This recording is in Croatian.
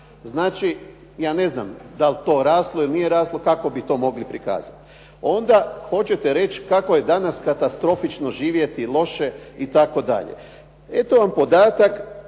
Znači, ja ne znam da li je to raslo ili nije raslo, kako bi to mogli prikazati. Onda hoćete reći kako je danas katastrofično živjeti loše i tako dalje. Eto vam podatak